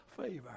favor